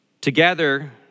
Together